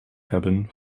hebben